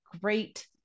great